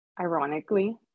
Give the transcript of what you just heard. ironically